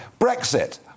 Brexit